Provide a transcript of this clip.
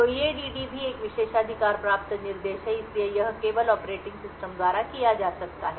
तो EADD भी एक विशेषाधिकार प्राप्त निर्देश है और इसलिए यह केवल ऑपरेटिंग सिस्टम द्वारा किया जा सकता है